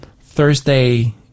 Thursday